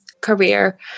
career